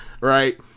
right